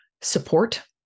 support